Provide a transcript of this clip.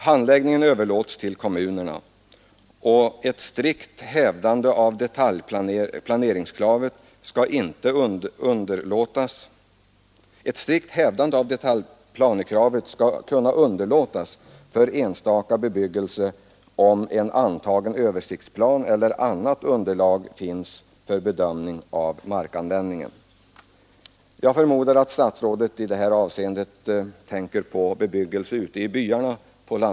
Handläggningen överlåts till kommunerna, och ett strikt hävdande av detaljplanekravet skall kunna underlåtas för enstaka byggnader, om en antagen översiktlig plan eller annat underlag finns för bedömning av markanvändningen. Jag förmodar att statsrådet i detta avseende tänker på bebyggelse ute i byarna.